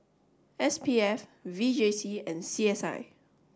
S P F V J C and C S I